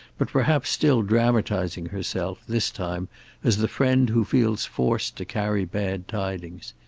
but perhaps still dramatizing herself, this time as the friend who feels forced to carry bad tidings.